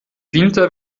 winter